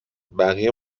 بقیه